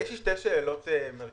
יש לי שתי שאלות מרכזיות.